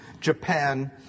Japan